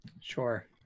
Sure